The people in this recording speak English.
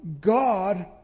God